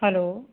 hello